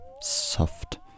soft